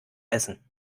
essen